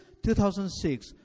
2006